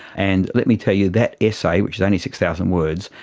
and let me tell you, that essay, which is only six thousand words,